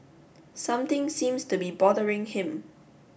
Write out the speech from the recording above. something seems to be bothering him